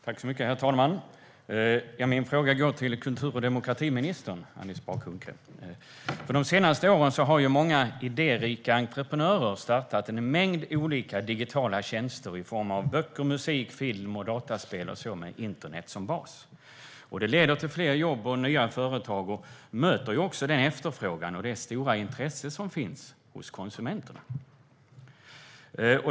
Herr talman! Min fråga går till kultur och demokratiministern, Alice Bah Kuhnke. Under de senaste åren har ju många idérika entreprenörer startat en mängd olika digitala tjänster i form av böcker, musik, film och dataspel med internet som bas. Det leder till fler jobb och nya företag. Det möter också den efterfrågan och det stora intresse som finns hos konsumenterna.